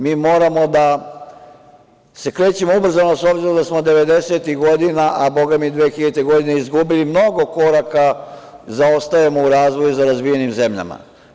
Mi moramo da se krećemo ubrzano, s obzirom da smo devedesetih godina, a Boga mi i 2000. godine izgubili mnogo koraka, zaostajemo u razvoju za razvijenim zemljama.